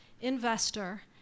investor